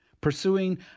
pursuing